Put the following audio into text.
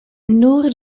nur